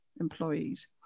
employees